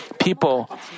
people